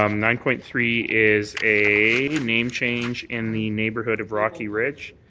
um nine point three is a name change in the neighbourhood of rocky ridge.